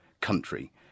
country